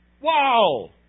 Wow